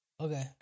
Okay